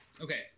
Okay